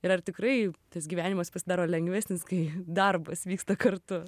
ir ar tikrai tas gyvenimas pasidaro lengvesnis kai darbas vyksta kartu